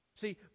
See